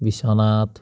Biswanath